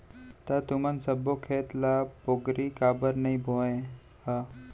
त तुमन सब्बो खेत ल पोगरी काबर नइ बोंए ह?